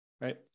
right